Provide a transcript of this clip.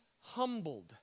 humbled